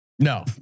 No